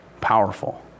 powerful